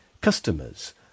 customers